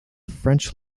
french